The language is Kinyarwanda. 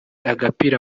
agapira